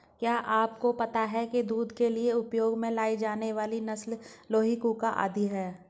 क्या आपको पता है दूध के लिए उपयोग में लाई जाने वाली नस्ल लोही, कूका आदि है?